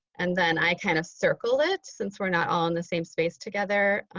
and then i kind of circle it since we're not all in the same space together.